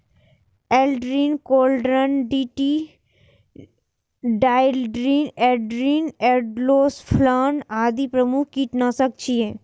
Aldrin, chlordane, DDT, dieldrin, endrin, endosulfan आदि प्रमुख कीटनाशक छियै